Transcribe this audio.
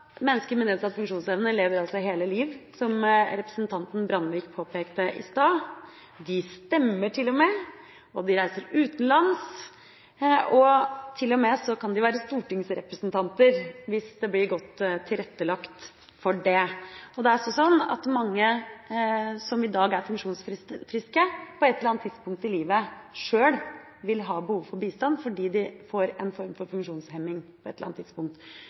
Mennesker med nedsatt funksjonsevne lever altså hele liv, som representanten Brandvik påpekte i stad. De stemmer, de reiser utenlands, og de kan til og med være stortingsrepresentanter hvis det blir godt tilrettelagt for det. Det er også sånn at mange som i dag er funksjonsfriske, på et eller annet tidspunkt i livet sjøl vil ha behov for bistand fordi de får en form for funksjonshemning. Å sørge for et